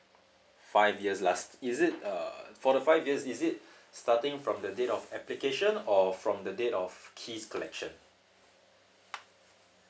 five years last is it uh for the five years is it starting from the date of application or from the date of key collection